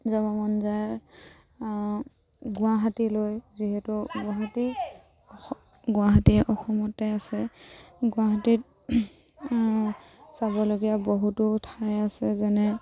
যাব মন যায় গুৱাহাটীলৈ যিহেতু গুৱাহাটী গুৱাহাটী অসমতে আছে গুৱাহাটীত চাবলগীয়া বহুতো ঠাই আছে যেনে